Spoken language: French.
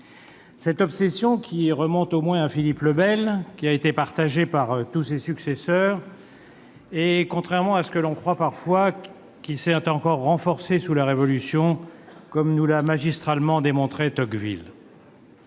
Cette obsession, qui remonte au moins à Philippe le Bel, a été partagée par tous ses successeurs et, contrairement à ce que l'on croit parfois, elle s'est encore renforcée sous la Révolution, comme l'a magistralement démontré Tocqueville.